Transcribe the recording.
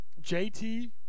JT